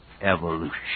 evolution